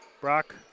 Brock